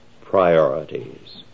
priorities